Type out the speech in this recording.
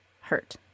hurt